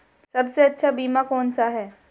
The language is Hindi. सबसे अच्छा बीमा कौन सा है?